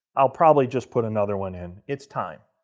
i'll probably just put another one in. it's time.